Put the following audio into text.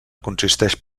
consisteix